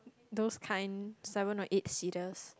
those kind seven or eight seaters